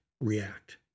react